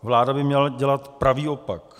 Vláda by měla dělat pravý opak.